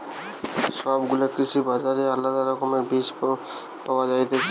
সব গুলা কৃষি বাজারে আলদা রকমের বীজ পায়া যায়তিছে